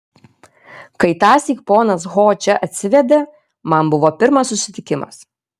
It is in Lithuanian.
kai tąsyk ponas ho čia atsivedė man buvo pirmas susitikimas